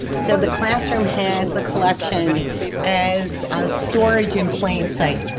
so the classroom has the collection as as storage in plain sight